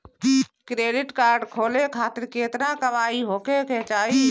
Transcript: Credit card खोले खातिर केतना कमाई होखे के चाही?